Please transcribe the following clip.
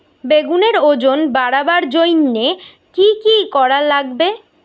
বেগুনের ওজন বাড়াবার জইন্যে কি কি করা লাগবে?